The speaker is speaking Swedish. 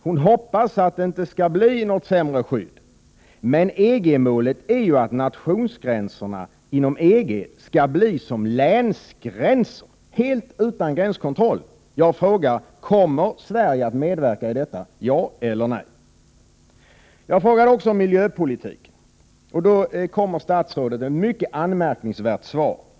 Hon hoppas att det inte skall bli något sämre skydd. Men EG-målet är ju att nationsgränserna inom EG skall bli som länsgränser, dvs. helt utan gränskontroll. Kommer Sverige att medverka i detta, ja eller nej? Jag frågade också om miljöpolitiken. Statsrådet lämnade då ett mycket anmärkningsvärt svar.